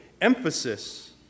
emphasis